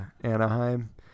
Anaheim